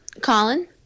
Colin